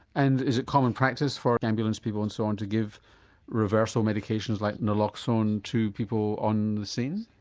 and is it common practice for ambulance people and so on to give reversal medications like naloxone to people on the scene?